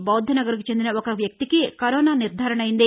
బౌద్ద నగర్ కు చెందిన ఒక వ్యక్తికి కరోన నిర్దారణ అయింది